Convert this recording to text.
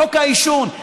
בחוק העישון.